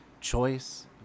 choice